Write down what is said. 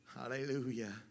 Hallelujah